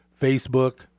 Facebook